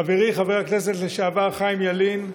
חברי חבר הכנסת לשעבר חיים ילין,